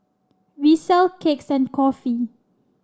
we sell cakes and coffee